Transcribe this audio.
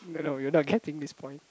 no no you are not getting this point